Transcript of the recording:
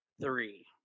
three